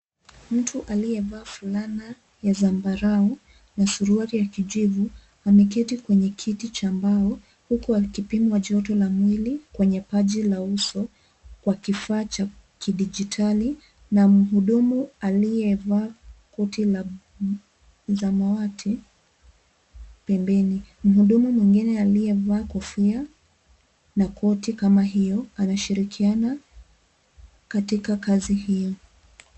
Mtu aliyevaa fulana ya zambarau na suruali ya kijivu ameketi kwenye kiti cha mbao ,huku akipimwa joto la mwili kwenye paji la uso kwa kifaa cha kidijitali na mhudumu aliyevaa koti la samawati pembeni, mhudumu mwingine aliyevaa kofia na koti kama hiyo anashirikiana katika kazi hiyo.